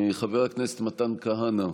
חבר הכנסת מתן כהנא,